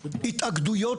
התאגדויות,